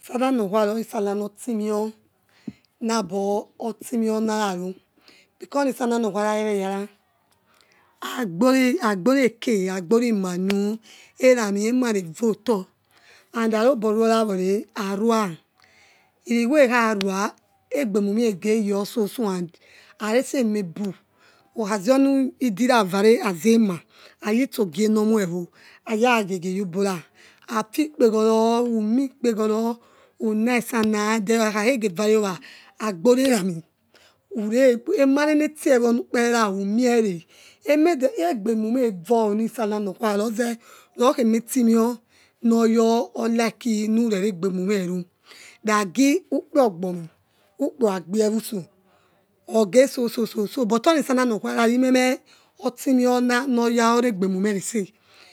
Sallanukua lohisallahnutime or naba time or nalalu because ani salla norkua la agbole eke khe malu elami vutor and eroboruolaware arua holikho hekha rua ogbemume egewososo halesaema bu hakhazi eldvare ezema hayi utso ogie nomue evo aya giegie wobula afi ekpekholo, umi ekpekholo, uma sallah hakhakhege varie owa agbole lomo ule emale natie wo hunu ekpela humue le egbemume evuni sallah la nokua la loze lokhe matimeor naya liko nure reegbe mumeh luholi lagi ukpe ogbomi ukpo hokha kpehe uso opeso so oni sallah nokuala limeme lotimeor noya ore egbe mumeh lese.